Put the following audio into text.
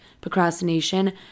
procrastination